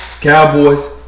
Cowboys